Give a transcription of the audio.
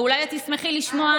או אולי את תשמחי לשמוע,